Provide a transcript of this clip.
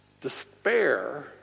despair